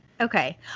Okay